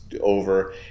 over